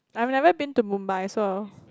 I've never been to Mumbai so